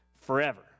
forever